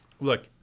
look